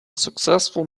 successful